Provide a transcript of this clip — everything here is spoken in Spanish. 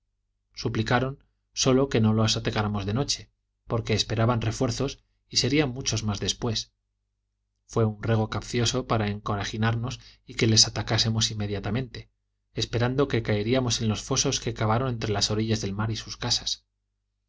suplicaron sólo que no los atacáramos de noche porque esperaban refuerzos y serían muchos más después fué un ruego capcioso para encorajinarnos y que les atacásemos inmediatamente esperando que caeríamos en los fosos que cavaron entre la orilla del mar y sus casas